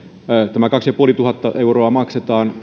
tämä kaksituhattaviisisataa euroa maksetaan